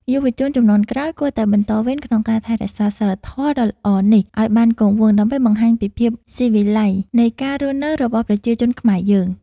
យុវជនជំនាន់ក្រោយគួរតែបន្តវេនក្នុងការថែរក្សាសីលធម៌ដ៏ល្អនេះឱ្យបានគង់វង្ស ដើម្បី បង្ហាញពីភាពស៊ីវិល័យនៃការរស់នៅរបស់ប្រជាជាតិខ្មែរយើង។